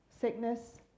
sickness